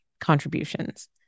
contributions